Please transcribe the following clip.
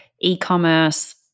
e-commerce